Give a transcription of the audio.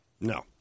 No